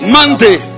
Monday